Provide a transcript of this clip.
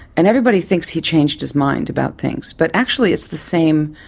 and everybody thinks he changed his mind about things, but actually it's the same,